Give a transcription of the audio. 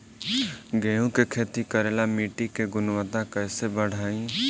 गेहूं के खेती करेला मिट्टी के गुणवत्ता कैसे बढ़ाई?